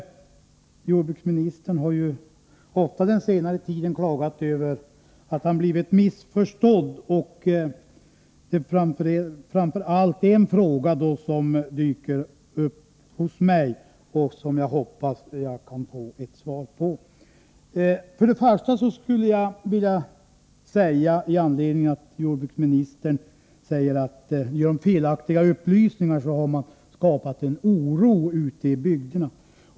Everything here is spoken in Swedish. Jordbruksministern har ju ofta på senare tid klagat över att han blivit missförstådd, och det är framför allt en fråga som jag i det sammanhanget hoppas att jag kan få ett svar på. Jordbruksministern säger att man genom felaktiga upplysningar har skapat oro ute i bygderna.